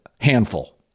handful